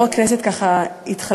יו"ר הכנסת התחלף,